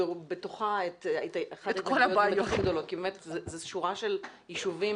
בתוכה את הבעיות הכי גדולות כי זאת שורה של ישובים